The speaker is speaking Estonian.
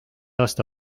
aasta